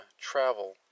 travel